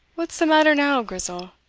what's the matter now, grizel?